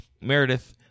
Meredith